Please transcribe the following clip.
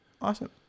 Awesome